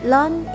Learn